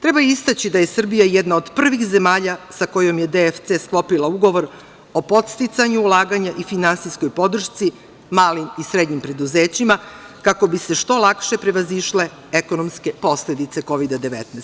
Treba istaći da je Srbija jedan od prvih zemalja sa kojom je DFC sklopila Ugovor o podsticanju ulaganja i finansijskoj podršci malim i srednjim preduzećima, kako bi se što lakše prevazišle ekonomske poledice Kovida 19.